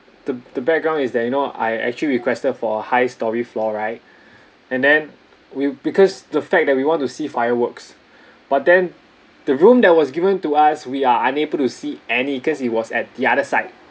the the background is that you know I actually requested for high storey floor right and then we because the fact that we want to see fireworks but then the room that was given to us we are unable to see any cause it was at the other side